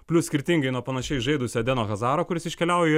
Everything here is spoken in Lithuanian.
plius skirtingai nuo panašiai žaidusio edeno hazaro kuris iškeliauja